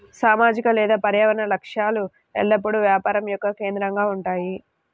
సామాజిక లేదా పర్యావరణ లక్ష్యాలు ఎల్లప్పుడూ వ్యాపారం యొక్క కేంద్రంగా ఉంటాయి